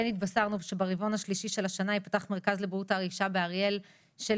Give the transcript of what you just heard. כן התבשרנו שברבעון השלישי של השנה ייפתח מרכז לבריאות האישה באריאל,